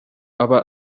aba